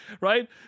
Right